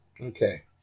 Okay